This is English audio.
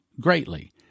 greatly